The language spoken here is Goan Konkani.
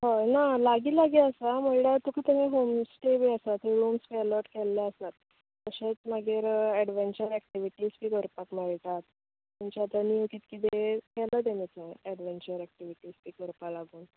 हय ना लागीं लागीं आसा म्हणळ्यार तुका थंय हॉम स्टेय बी आसा थंय रुम्स एलोट केल्लो आसात तशेंच मागीर एडवेन्चर एक्टिविटीज बी करपाक मेळटात तुमच्यान आतां कितें कितें वेळ केलो तेणे एडवेन्चर एक्टिविटीज बी करपा लागून